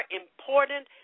important